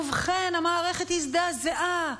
ובכן, המערכת הזדעזעה: